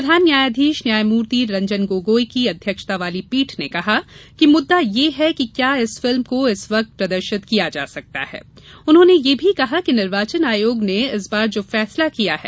प्रधान न्यायाधीश न्यामयमूर्ति रंजन गोगोई की अध्यक्षता वाली पीठ ने कहा कि मुद्दा यह है कि क्या इस फिल्म को इस वक्त प्रदर्शित किया जा सकता है उन्होंने यह भी कहा कि निर्वाचन आयोग ने इस बार में जो फैसला किया है